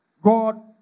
God